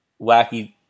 Wacky